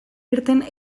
irten